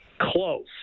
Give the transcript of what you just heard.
close